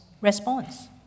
response